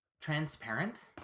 transparent